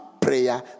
prayer